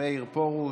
מאיר פרוש.